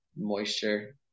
moisture